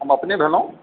हम अपने भेलहुँ